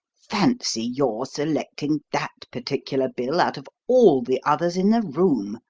fancy your selecting that particular bill out of all the others in the room!